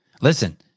Listen –